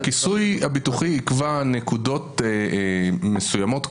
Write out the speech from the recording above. הכיסוי הביטוחי יקבע נקודות מסוימות,